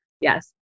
Yes